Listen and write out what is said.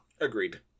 Agreed